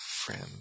friend